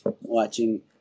watching